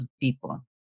people